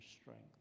strength